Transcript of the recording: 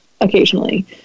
occasionally